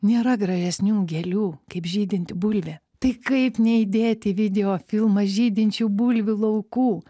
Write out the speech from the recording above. nėra gražesnių gėlių kaip žydinti bulvė tai kaip neįdėti į videofilmą žydinčių bulvių laukų